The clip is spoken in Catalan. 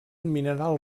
mineral